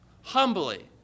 humbly